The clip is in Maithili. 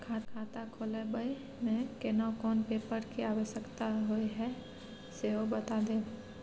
खाता खोलैबय में केना कोन पेपर के आवश्यकता होए हैं सेहो बता देब?